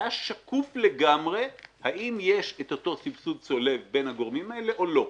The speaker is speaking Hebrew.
היה שקוף לגמרי אם יש את אותו סבסוד צולב בין הגורמים האלה או לא.